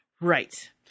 Right